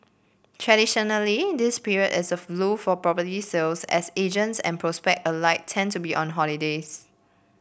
traditionally this period is a lull for property sales as agents and prospect alike tend to be on holidays